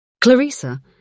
Clarissa